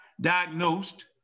diagnosed